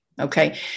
okay